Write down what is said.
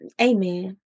Amen